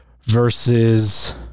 versus